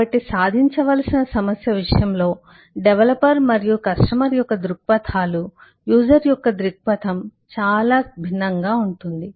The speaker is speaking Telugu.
కాబట్టి సాధించవలసిన సమస్య విషయంలో డెవలపర్ మరియు కస్టమర్ యొక్క దృక్పథాలు యూజర్ యొక్క దృక్పథం చాలా భిన్నంగా ఉంటుంది